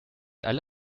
alle